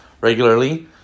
regularly